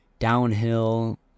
downhill